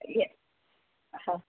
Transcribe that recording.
yes हां